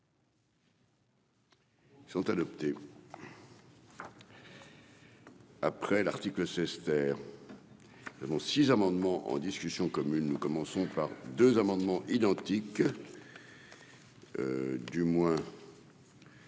Ils sont adoptés après l'article Esther. Dans six amendements en discussion commune nous commençons par deux amendements identiques, du moins. S'ils